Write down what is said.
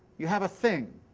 you have a thing